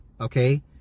okay